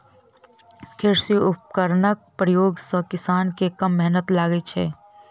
कृषि उपकरणक प्रयोग सॅ किसान के कम मेहनैत लगैत छै